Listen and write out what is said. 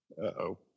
Uh-oh